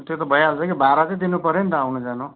त्यो त भइहाल्छ कि भाडा चाहिँ दिनु पर्यो नि त आउनु जानु